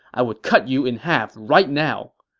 i would cut you in half right now!